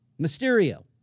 Mysterio